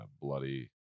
bloody